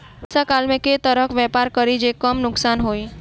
वर्षा काल मे केँ तरहक व्यापार करि जे कम नुकसान होइ?